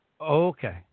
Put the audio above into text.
okay